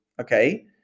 okay